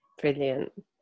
Brilliant